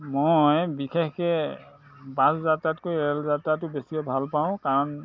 মই বিশেষকে বাছ যাত্ৰাতকৈ ৰেল যাত্ৰাটো বেছি ভাল পাওঁ কাৰণ